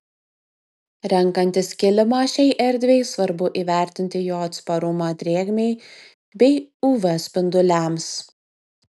renkantis kilimą šiai erdvei svarbu įvertinti jo atsparumą drėgmei bei uv spinduliams